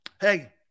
Hey